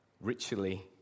ritually